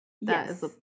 Yes